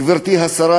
גברתי השרה,